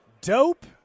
dope –